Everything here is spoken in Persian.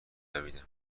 دویدم